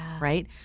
right